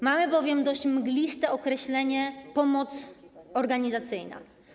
Mamy bowiem dość mgliste określenie: pomoc organizacyjna.